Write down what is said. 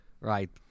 Right